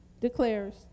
declares